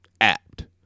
apt